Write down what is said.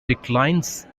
declines